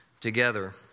together